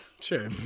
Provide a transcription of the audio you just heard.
Sure